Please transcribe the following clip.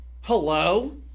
hello